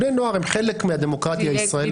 בני נוער הם חלק מהדמוקרטיה הישראלית.